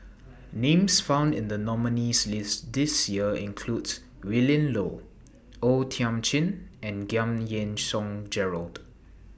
Names found in The nominees' list This Year includes Willin Low O Thiam Chin and Giam Yean Song Gerald